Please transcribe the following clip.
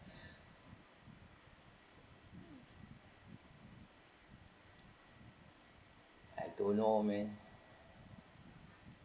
I don't know man